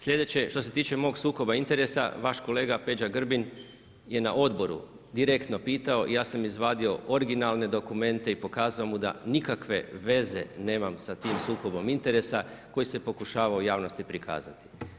Slijedeće, što se tiče mog sukoba interesa, vaš kolega Peđa Grbin je na odboru direktno pitao i ja sam izvadio originalne dokumente i pokazao mu da nikakve veze nemam sa tim sukobom interesa, koji se pokušava u javnosti prikazati.